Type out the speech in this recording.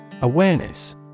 Awareness